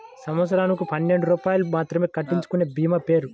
సంవత్సరంకు పన్నెండు రూపాయలు మాత్రమే కట్టించుకొనే భీమా పేరు?